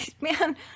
Man